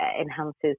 enhances